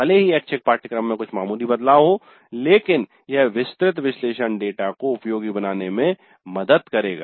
भले ही ऐच्छिक पाठ्यक्रम में कुछ मामूली बदलाव हो लेकिन यह विस्तृत विश्लेषण डेटा को उपयोगी बनाने में मदद करेगा